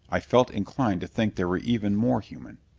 i felt inclined to think they were even more human!